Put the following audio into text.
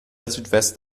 südwest